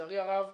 לצערי הרב,